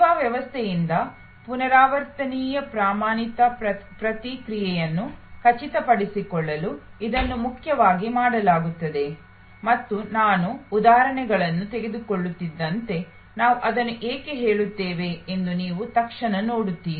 ಸೇವಾ ವ್ಯವಸ್ಥೆಯಿಂದ ಪುನರಾವರ್ತನೀಯ ಪ್ರಮಾಣಿತ ಪ್ರತಿಕ್ರಿಯೆಯನ್ನು ಖಚಿತಪಡಿಸಿಕೊಳ್ಳಲು ಇದನ್ನು ಮುಖ್ಯವಾಗಿ ಮಾಡಲಾಗುತ್ತದೆ ಮತ್ತು ನಾನು ಉದಾಹರಣೆಗಳನ್ನು ತೆಗೆದುಕೊಳ್ಳುತ್ತಿದ್ದಂತೆ ನಾವು ಅದನ್ನು ಏಕೆ ಹೇಳುತ್ತೇವೆ ಎಂದು ನೀವು ತಕ್ಷಣ ನೋಡುತ್ತೀರಿ